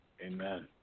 Amen